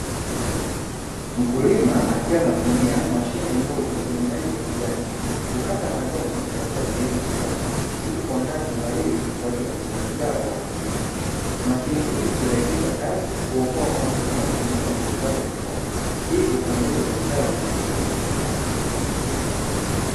Mkulima akiwa anatumia mashine ndogo yenye rangi ya kijani kukata majani katika sehemu ya shamba ili kuandaa shamba hili kwa ajili ya msimu ujao wa kilimo. Mashine hii hurahisisha kazi, huokoa muda, na kupunguza nguvu kazi ya mikono; hivyo kuongeza uzalishaji katika kilimo.